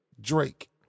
Drake